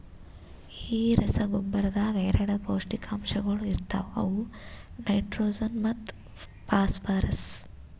ಈ ರಸಗೊಬ್ಬರದಾಗ್ ಎರಡ ಪೌಷ್ಟಿಕಾಂಶಗೊಳ ಇರ್ತಾವ ಅವು ನೈಟ್ರೋಜನ್ ಮತ್ತ ಫಾಸ್ಫರ್ರಸ್